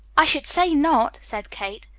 i should say not! said kate.